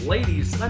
Ladies